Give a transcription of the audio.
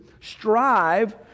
strive